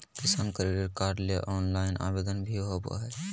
किसान credit card ले online आवेदन भी होबय हय